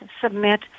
submit